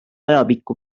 ajapikku